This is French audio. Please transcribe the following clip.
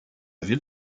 ville